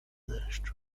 deszczu